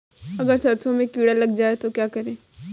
अगर सरसों में कीड़ा लग जाए तो क्या करें?